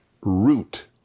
root